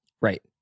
Right